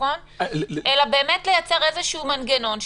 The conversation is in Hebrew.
אלא לייצר איזה מנגנון,